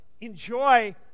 enjoy